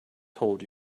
told